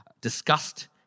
discussed